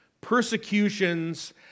persecutions